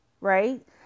Right